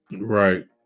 Right